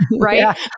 right